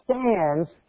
stands